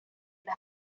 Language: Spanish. las